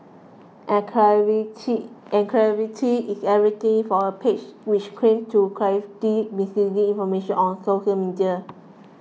and credibility credibility is everything for a page which claims to clarify misleading information on social media